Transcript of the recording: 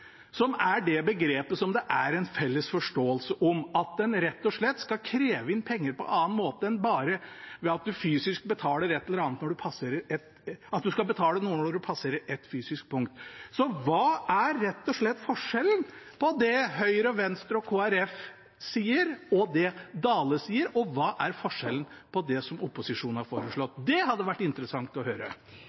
som er det begrepet det er en felles forståelse av – om at en rett og slett skal kreve inn penger på annen måte enn bare ved at en skal betale noe når en passerer et fysisk punkt. Så hva er forskjellen på det Høyre, Venstre og Kristelig Folkeparti sier, og det statsråd Dale sier, og det opposisjonen har foreslått? Det hadde det vært interessant å høre.